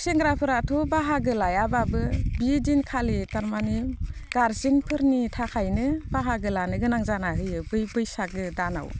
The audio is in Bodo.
सेंग्राफोराथ' बाहागो लायाब्लाबो बे दिनखालि थारमाने गारजेनफोरनि थाखायनो बाहागो लानो गोनां जाना होयो बै बैसागो दानाव